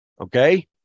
Okay